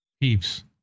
peeps